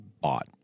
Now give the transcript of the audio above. bought